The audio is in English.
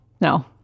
No